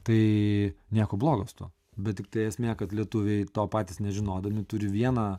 tai nieko blogo su tuo bet tik tai esmė kad lietuviai to patys nežinodami turi vieną